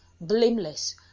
blameless